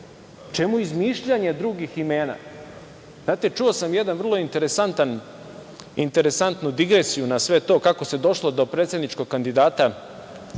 čemu izmišljanje drugih imena? Znate, čuo sam jednu vrlo interesantnu digresiju na sve to kako se došlo do predsedničkog kandidata